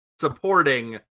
supporting